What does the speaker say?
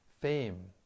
fame